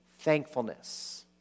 thankfulness